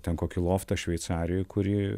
ten kokį loftą šveicarijoj kurį